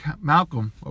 Malcolm